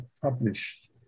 published